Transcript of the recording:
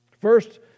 First